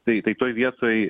tai tai toj vietoj